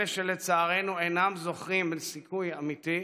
אלה שלצערנו אינם זוכים לסיכוי אמיתי,